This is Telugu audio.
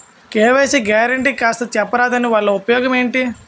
కే.వై.సీ గ్యారంటీ కాస్త చెప్తారాదాని వల్ల ఉపయోగం ఎంటి?